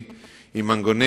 אדוני